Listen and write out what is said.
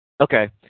Okay